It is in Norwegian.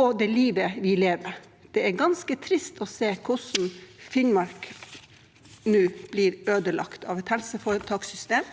og det livet vi lever. Det er ganske trist å se hvordan Finnmark nå blir ødelagt av et helseforetakssystem